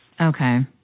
Okay